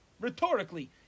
Rhetorically